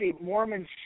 Mormons